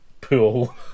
pool